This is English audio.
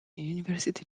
university